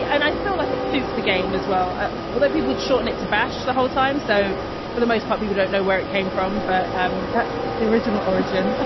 and i feel like it suits the game as well, although people would shorten it to! bash! the whole time, time, so for the most part people don't know where it came from. but that's the original origin